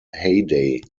heyday